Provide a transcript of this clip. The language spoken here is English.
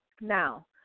Now